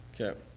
Okay